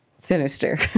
Sinister